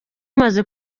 umaze